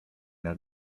jak